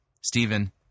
Stephen